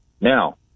Now